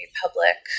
public